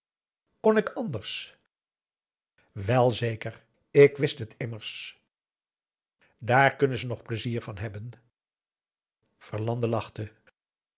kon ik anders wel zeker ik wist het immers daar kunnen ze nog plezier van hebben verlande lachte